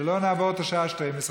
שלא נעבור את השעה 24:00,